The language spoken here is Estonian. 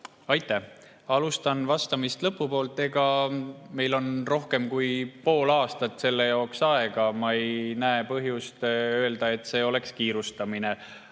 Alustan vastamist lõpupoolt. Meil on rohkem kui pool aastat selle jaoks aega, ma ei näe põhjust öelda, et see oleks kiirustamine.